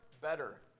better